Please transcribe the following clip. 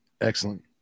Excellent